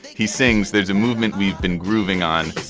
he sings, there's a movement we've been grooving on